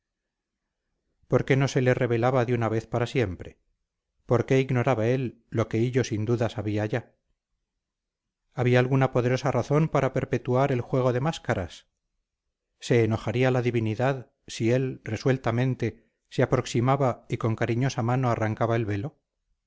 qué no se le revelaba de una vez para siempre por qué ignoraba él lo que hillo sin duda sabía ya había alguna poderosa razón para perpetuar el juego de máscaras se enojaría la divinidad si él resueltamente se aproximaba y con cariñosa mano arrancaba el velo